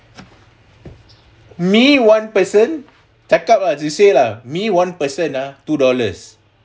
me one person cakap lah this way lah me one person ah two dollars